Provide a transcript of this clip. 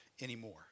anymore